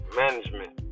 management